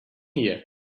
here